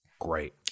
Great